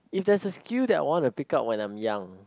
if that's a skill that I want to pick up when I'm young